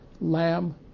Lamb